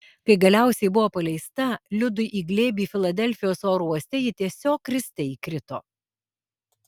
kai galiausiai buvo paleista liudui į glėbį filadelfijos oro uoste ji tiesiog kriste įkrito